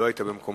לא היית במקומך,